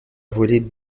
voler